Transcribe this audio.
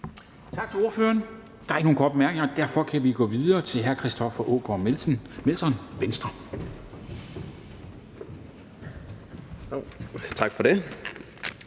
Tak til ordføreren. Der er ikke nogen korte bemærkninger. Derfor kan vi gå videre til hr. Christoffer Aagaard Melson, Venstre. Kl.